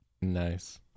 Nice